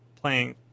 playing